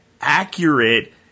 accurate